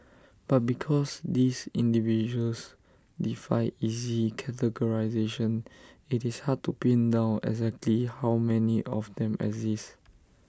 but because these individuals defy easy categorisation IT is hard to pin down exactly how many of them exist